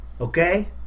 Okay